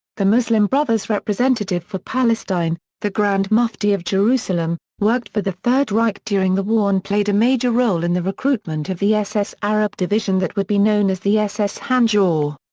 the muslim brothers representative for palestine, the grand mufti of jerusalem, worked for the third reich during the war and played a major role in the recruitment of the ss arab division that would be known as the ss handjar.